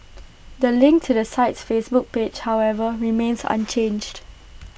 the link to the site's Facebook page however remains unchanged